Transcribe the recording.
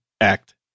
act